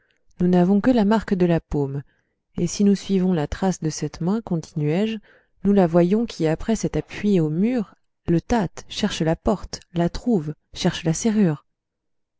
nous n'avons que la marque de la paume et si nous suivons la trace de cette main continuai-je nous la voyons qui après s'être appuyée au mur le tâte cherche la porte la trouve cherche la serrure